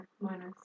minus